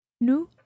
Nous